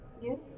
Yes